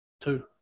Two